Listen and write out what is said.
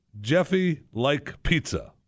JeffyLikePizza